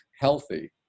healthy